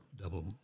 double